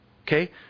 Okay